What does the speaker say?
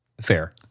Fair